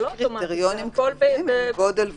יש קריטריונים לגודל ושטח?